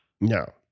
no